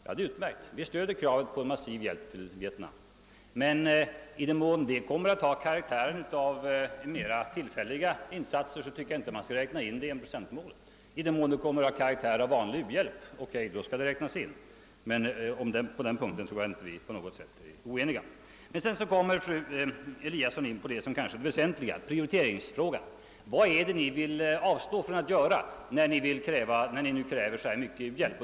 Det är utmärkt; vi stöder kravet på en massiv hjälp till Vietnam, men i den mån den kommer att ha karaktären av mer tillfälliga insatser tycker jag inte att man skall räkna in den i enprocentmålet. I den mån den däremot kommer att ha karaktären av vanlig u-hjälp skall den räknas in; på den punkten är vi inte oeniga. Sedan kommer fru Lewén-Eliasson in på det kanske mest väsentliga, nämligen Pprioriteringsfrågan. Hon frågar: Vad är det ni vill avstå från att göra när ni kräver så mycket i u-hjälp?